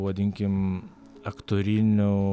vadinkim aktorinių